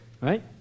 Right